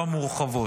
לא המורחבות.